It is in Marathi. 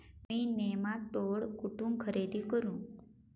मी नेमाटोड कुठून खरेदी करू?